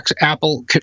Apple